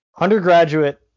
Undergraduate